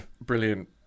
Brilliant